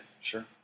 Sure